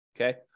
okay